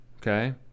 okay